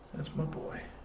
that's my boy